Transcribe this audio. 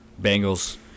Bengals